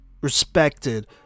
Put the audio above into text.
respected